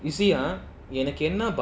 you see ah எனக்குஎன்ன:enaku enna